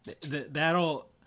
that'll